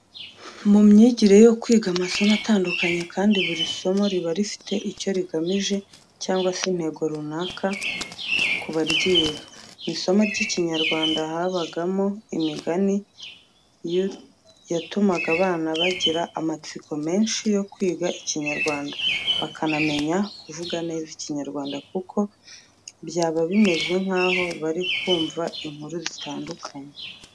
Mu myigire yo kwiga amasomo atandukanye kandi buri somo riba rifite icyo rigamije cyangwa se intego runaka kubaryiga. Mu isomo ry'ikinyarwanda habagamo imigani yatumaga abana bagira amatsiko menshi yo kwiga ikinyarwanda bakanamenya kuvuga neza ikinyarwanda kuko byaba bimeze nkaho bari kumva inkuru zitandukanye.